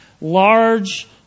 large